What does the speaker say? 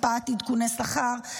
הקפאת עדכוני שכר,